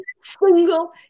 single